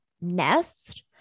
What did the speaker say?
nest